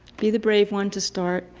be the brave one to start.